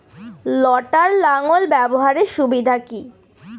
লটার লাঙ্গল ব্যবহারের সুবিধা কি?